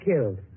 killed